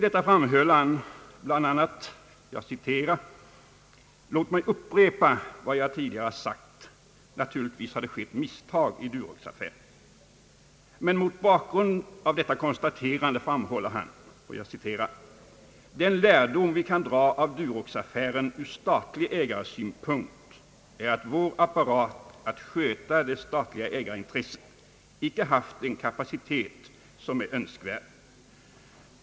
Han framhöll bl.a.: »Låt mig upprepa vad jag tidigare har sagt: naturligtvis har det skett misstag i Duroxaffären.« Men mot bakgrund av detta konstaterande framhåller han: »Den lärdom vi kan dra av Duroxaffären ur statlig ägaresynpunkt är att vår apparat att sköta det statliga ägarin tresset icke haft den kapacitet som är önskvärd.